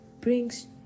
brings